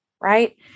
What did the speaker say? Right